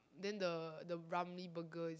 then the the Ramly-Burger